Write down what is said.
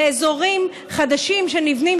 לאזורים חדשים שנבנים.